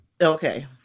Okay